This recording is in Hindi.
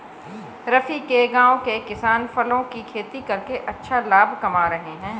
रफी के गांव के किसान फलों की खेती करके अच्छा लाभ कमा रहे हैं